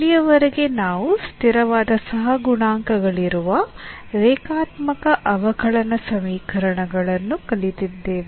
ಇಲ್ಲಿಯವರೆಗೆ ನಾವು ಸ್ಥಿರವಾದ ಸಹಗುಣಾಂಕಗಳಿರುವ ರೇಖಾತ್ಮಕ ಅವಕಲನ ಸವಿಕರಣಗಳನ್ನು ಕಲಿತಿದ್ದೇವೆ